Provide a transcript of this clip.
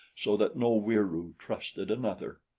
so that no wieroo trusted another.